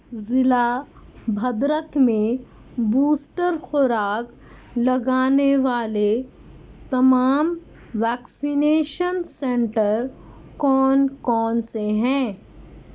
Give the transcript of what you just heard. ضلع بھدرک میں بوسٹر خوراک لگانے والے تمام ویکسینیشن سینٹر کون کون سے ہیں